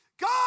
God